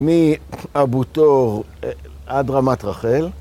מאבו טור עד רמת רחל.